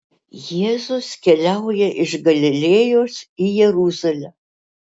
jėzus keliauja iš galilėjos į jeruzalę